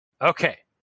Okay